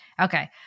Okay